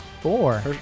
Four